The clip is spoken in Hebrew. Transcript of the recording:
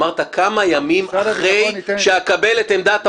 אמרת: כמה ימים אחרי שאקבל את עמדת האוצר.